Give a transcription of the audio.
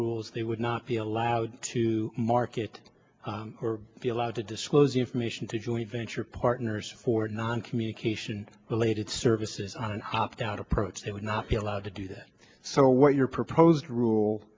rules they would not be allowed to market or be allowed to disclose information to joint venture partners for non communication related services on an opt out approach and would not be allowed to do that so what your proposed rule